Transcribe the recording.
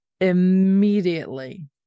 immediately